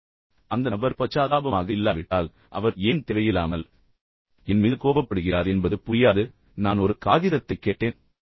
குறிப்பாக அந்த நபர் பச்சாதாபமாக இல்லாவிட்டால் அவர் ஏன் தேவையில்லாமல் என் மீது கோபப்படுகிறார் என்பது புரியாது நான் ஒரு காகிதத்தைக் கேட்டேன்